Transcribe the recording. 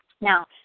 Now